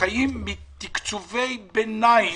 חיים מתקצובי ביניים